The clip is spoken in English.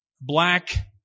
black